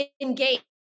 engage